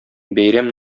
бәйрәм